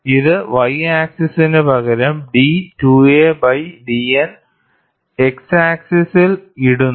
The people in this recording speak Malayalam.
ഇത് y ആക്സിസ്സിനുപകരം d ബൈ dN x ആക്സിസ്സിൽ ഇടുന്നു